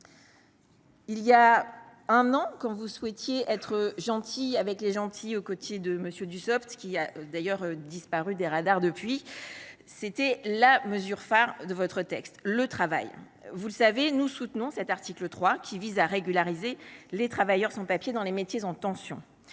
Il y a un an, quand vous souhaitiez être « gentil avec les gentils » aux côtés de M. Dussopt, qui a d’ailleurs disparu des radars depuis lors, c’était la mesure phare de votre texte : le travail. Vous le savez, nous soutenons l’article 3, qui vise à régulariser les travailleurs sans papiers dans les métiers en tension.